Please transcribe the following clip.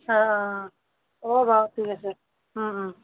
অঁ হ'ব বাৰু ঠিক আছে